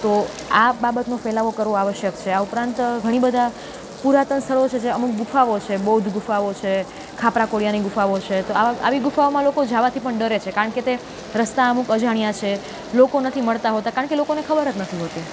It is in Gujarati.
તો આ બાબતનો ફેલાવો કરવો આવશ્યક છે આ ઉપરાંત ઘણી બધાં પુરાતન સ્થળો છે જે અમુક ગુફાઓ છે બૌદ્ધ ગુફાઓ છે ખાપરા કોડિયાની ગુફાઓ છે તો આવી ગુફાઓમાં લોકો જવાથી પણ ડરે છે કારણ કે તે રસ્તા અમુક અજાણ્યા છે લોકો નથી મળતા હોતાં કારણ કે લોકોને ખબર જ નથી હોતી